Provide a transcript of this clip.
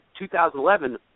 2011